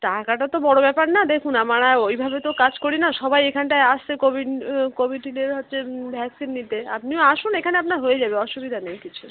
টাকাটা তো বড় ব্যাপার না দেখুন আমারা ওইভাবে তো কাজ করি না সবাই এখানটায় আসছে কোভিড কোভিড টিকা দেয়া হচ্ছে ভ্যাকসিন নিতে আপনিও আসুন এখানে আপনার হয়ে যাবে অসুবিধা নেই কিছু